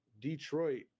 Detroit